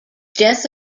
death